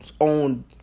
own